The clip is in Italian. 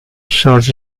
sorge